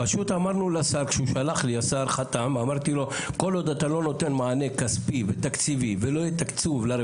פשוט אמרתי לשר: כל עוד אתה לא נותן מענה כספי ותקציבי לרפורמה,